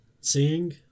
seeing